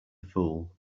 fool